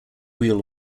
wheel